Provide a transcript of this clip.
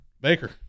Baker